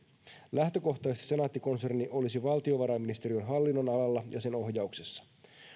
lähtökohtaisesti senaatti konserni olisi valtiovarainministeriön hallinnonalalla ja sen ohjauksessa